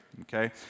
okay